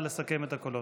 נא לסכם את הקולות.